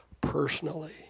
personally